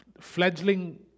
fledgling